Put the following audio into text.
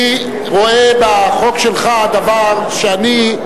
אני רואה בחוק שלך דבר שאני,